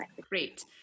Great